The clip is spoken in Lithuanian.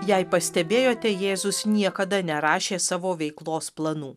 jei pastebėjote jėzus niekada nerašė savo veiklos planų